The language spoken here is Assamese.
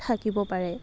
থাকিব পাৰে